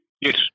Yes